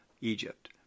Egypt